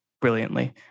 brilliantly